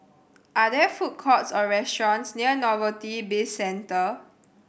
are there food courts or restaurants near Novelty Bizcentre